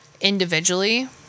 individually